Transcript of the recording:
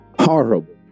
horrible